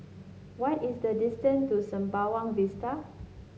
what is the distance to Sembawang Vista